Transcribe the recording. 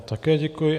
Také děkuji.